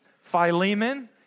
Philemon